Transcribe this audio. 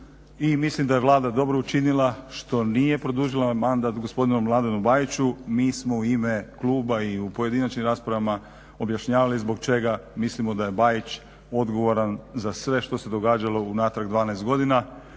mislim je Vlada dobro učinila što nije produžila mandat gospodinu Mladenu Bajiću, mi smo u ime kluba i u pojedinačnim raspravama objašnjavali zbog čega mislimo da je Bajić odgovoran za sve što se događalo unatrag 12 godina.